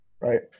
right